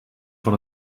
van